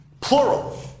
plural